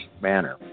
manner